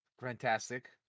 fantastic